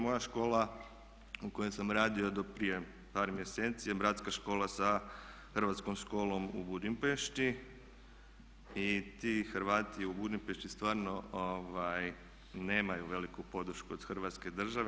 Moja škola u kojoj sam radio do prije par mjeseci je bratska škola sa hrvatskom školom u Budimpešti i ti Hrvati u Budimpešti stvarno nemaju veliku podršku od Hrvatske države.